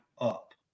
up